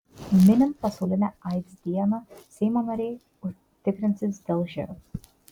minint pasaulinę aids dieną seimo nariai tikrinsis dėl živ